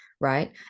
right